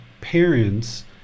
parents